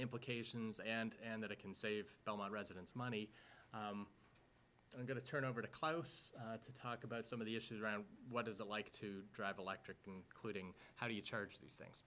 implications and that it can save all my residents money i'm going to turn over to close to talk about some of the issues around what is it like to drive electric quitting how do you charge these things